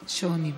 שעונים.